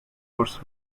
worth